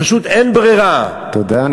פשוט אין ברירה, תודה.